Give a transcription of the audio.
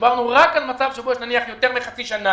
דיברנו רק על מצב שבו יש תקציב המשכי במשך יותר מחצי שנה,